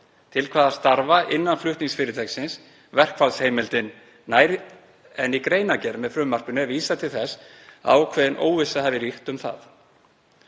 til hvaða starfa innan flutningsfyrirtækisins verkfallsheimildin nær en í greinargerð með frumvarpinu er vísað til þess að ákveðin óvissa hafi ríkt um það.